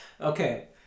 Okay